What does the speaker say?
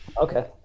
Okay